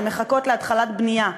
הן מחכות להתחלת בנייה.